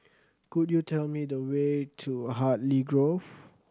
could you tell me the way to Hartley Grove